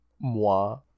moi